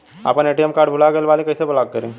हमार ATM card भूला गईल बा कईसे ब्लॉक करी ओके?